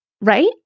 right